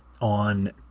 on